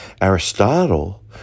Aristotle